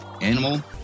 animal